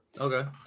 Okay